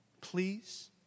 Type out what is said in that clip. please